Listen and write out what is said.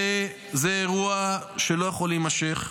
זה אירוע שלא יכול להימשך,